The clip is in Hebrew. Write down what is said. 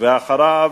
ואחריו,